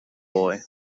boy